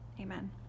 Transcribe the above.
Amen